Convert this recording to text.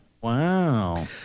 wow